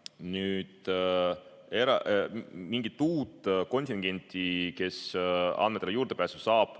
Aga mingit uut kontingenti, kes andmetele juurdepääsu saab,